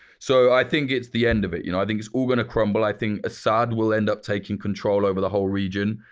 so, i think it's the end of it. you know i think it's all going to crumble. i think assad will end up taking control over the whole region,